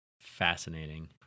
Fascinating